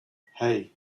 hey